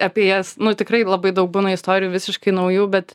apie jas nu tikrai labai daug būna istorijų visiškai naujų bet